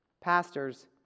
Pastors